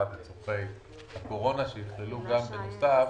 היא אך ורק לצורך שירותים חיוניים ותו לא, קודמות,